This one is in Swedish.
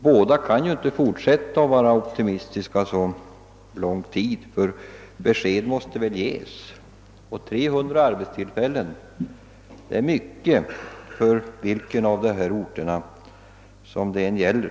Båda kan inte fortsätta att vara optimistiska så lång tid, ty besked måste väl ges, och 300 arbetstillfällen är mycket för vilkendera av dessa orter det än gäller.